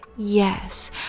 yes